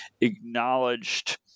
acknowledged